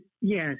yes